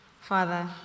Father